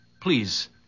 please